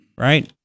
Right